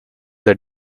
the